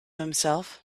himself